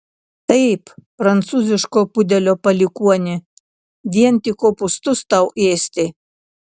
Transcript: taip prancūziško pudelio palikuoni vien tik kopūstus tau ėsti